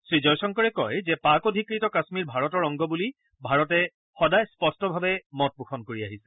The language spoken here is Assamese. শ্ৰীজয়শংকৰে কয় যে পাক অধীকৃত কাশ্মীৰ ভাৰতৰ অংগ বুলি ভাৰতে সদায় স্পষ্টভাৱে মতপোষণ কৰি আহিছে